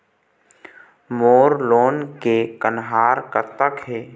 मोर loan के कन्हार कतक हे?